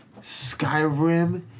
Skyrim